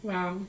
Wow